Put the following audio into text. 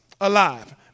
alive